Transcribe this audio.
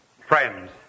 Friends